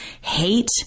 Hate